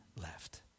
left